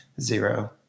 zero